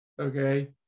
okay